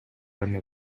эми